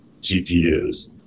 GPUs